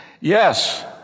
Yes